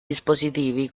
dispositivi